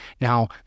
Now